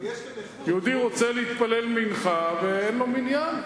יהודי רוצה להתפלל מנחה, ואין לו מניין.